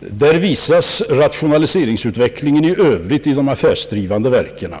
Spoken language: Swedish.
Svaret redovisar också rationaliseringsutvecklingen i övrigt inom de affärsdrivande verkan.